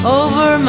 over